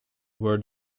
word